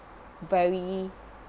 very